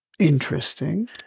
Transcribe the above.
Interesting